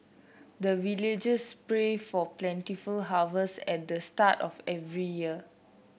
the villagers pray for plentiful harvest at the start of every year